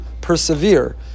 persevere